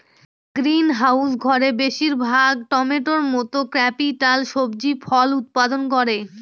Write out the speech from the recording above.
greenhouse ঘরে বেশির ভাগ টমেটোর মত ট্রপিকাল সবজি ফল উৎপাদন করে